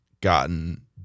gotten